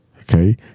Okay